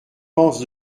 pense